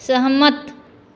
सहमत